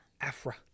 afra